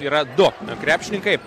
yra du krepšininkai